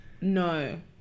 No